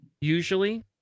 usually